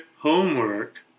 homework